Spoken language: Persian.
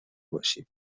باشیم